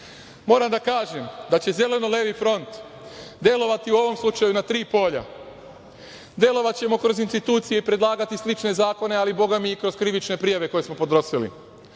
da kažem da će Zeleno-levi front delovati u ovom slučaju na tri polja. Delovaćemo kroz institucije i predlagati slične zakone, ali i, bogami, kroz krivične prijave koje smo podnosili.